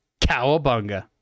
cowabunga